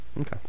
okay